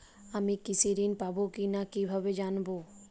আমি কৃষি ঋণ পাবো কি না কিভাবে জানবো?